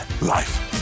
life